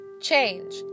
change